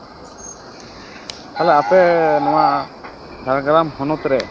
ᱛᱟᱦᱚᱞᱮ ᱟᱯᱮ ᱱᱚᱣᱟ ᱡᱷᱟᱲᱜᱨᱟᱢ ᱦᱚᱱᱚᱛ ᱨᱮ